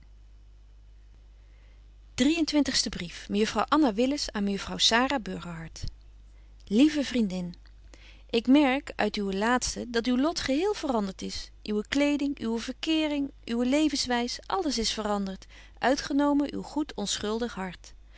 mejuffrouw anna willis aan mejuffrouw sara burgerhart lieve vriendin ik merk uit uwen laatsten dat uw lot geheel verandert is uwe kleding uwe verkeering uwe levenswys alles is verandert uitgenomen uw goed onschuldig hart